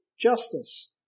Justice